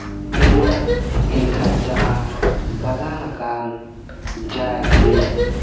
ᱮᱢᱟ ᱮᱱᱠᱷᱟᱱ ᱡᱟᱦᱟᱸ ᱵᱟᱜᱟᱱᱟᱠᱟᱱ ᱡᱟ ᱡᱤᱱᱤᱥ